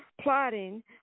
plotting